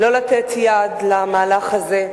לא לתת יד למהלך הזה.